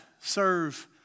serve